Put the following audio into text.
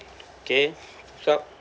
okay sharp